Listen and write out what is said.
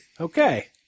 Okay